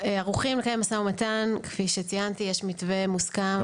ערוכים לקיים מו"מ כפי שציינתי, יש מתווה מוסכם.